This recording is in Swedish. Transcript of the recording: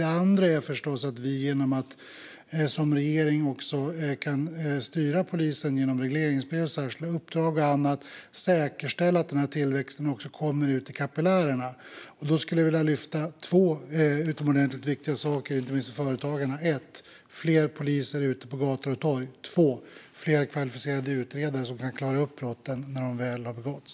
Det andra är förstås att vi genom att vi som regering också kan styra polisen genom regleringsbrev, särskilda uppdrag och annat och på så sätt kan säkerställa att den här tillväxten också kommer ut i kapillärerna. Jag skulle vilja lyfta fram två utomordentligt viktiga saker inte minst för företagarna. Det är för det första fler poliser ute på gator och torg och för det andra fler kvalificerade utredare som kan klara upp brotten när de väl har begåtts.